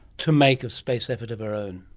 to make a space effort of our own?